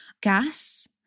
gas